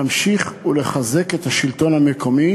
להמשיך ולחזק את השלטון המקומי,